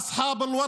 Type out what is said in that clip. (אומר בערבית: